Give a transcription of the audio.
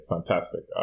Fantastic